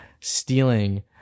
stealing